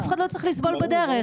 אף אחד לא צריך לסבול בדרך.